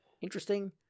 interesting